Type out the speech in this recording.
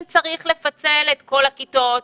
אם צריך לפצל את כל הכיתות,